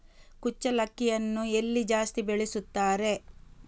ಕುಚ್ಚಲಕ್ಕಿಯನ್ನು ಎಲ್ಲಿ ಜಾಸ್ತಿ ಬೆಳೆಸುತ್ತಾರೆ?